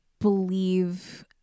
believe